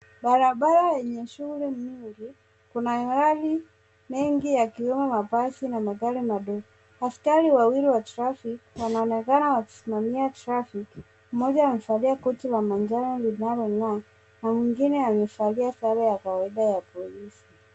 Barabara yenye shughuli nyingi kuna gari mingi yakiwemo mabasi na magari madogo. Askari wawili wa traffic wanaonekana wakisimamia traffic . Mmoja amevalia koti la manjano linalong'aa na mwingine amevalia sare ya kawaida ya polisi.